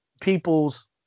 people's